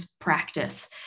practice